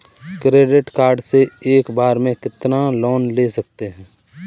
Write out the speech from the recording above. Credit card से एक बार में कितना लोन ले सकते हैं?